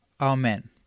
Amen